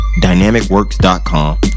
DynamicWorks.com